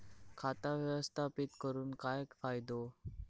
खाता व्यवस्थापित करून काय फायदो?